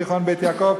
תיכון "בית יעקב",